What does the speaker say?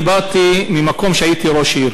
באתי ממקום של ראש עיר,